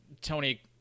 Tony